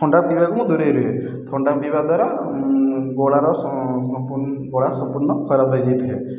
ଥଣ୍ଡା ପିଇବାକୁ ମୁଁ ଦୁରେଇ ରୁହେ ଥଣ୍ଡା ପିଇବା ଦ୍ୱାରା ଗଳାର ଗଳା ସମ୍ପୂର୍ଣ୍ଣ ଖରାପ ହୋଇଯାଇଥାଏ